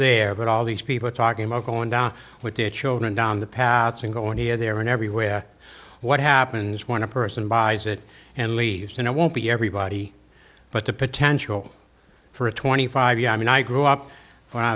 there but all these people are talking about going down with the children down the passing going here there and everywhere what happens when a person buys it and leaves and it won't be everybody but the potential for a twenty five year i mean i grew up when i